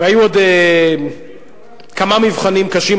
היו עוד כמה מבחנים קשים,